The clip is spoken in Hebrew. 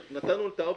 נתנו את האופציות.